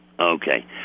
Okay